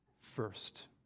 first